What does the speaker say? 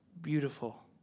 beautiful